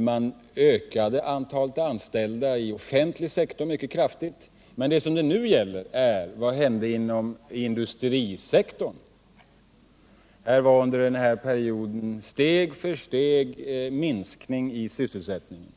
Man ökade antalet anställda i den offentliga sektorn mycket kraftigt, men nu gäller det vad som hänt inom industrisektorn. Där förekom under den nämnda perioden steg för steg en minskning i sysselsättningen.